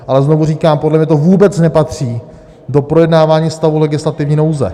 Ale znovu říkám, podle mě to vůbec nepatří do projednávání stavu legislativní nouze.